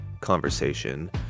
conversation